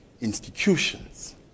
institutions